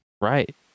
right